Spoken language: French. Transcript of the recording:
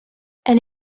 elle